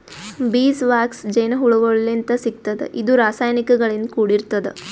bees wax ಜೇನಹುಳಗೋಳಿಂತ್ ಸಿಗ್ತದ್ ಇದು ರಾಸಾಯನಿಕ್ ಗಳಿಂದ್ ಕೂಡಿರ್ತದ